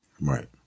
Right